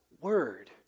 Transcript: word